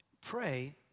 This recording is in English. Pray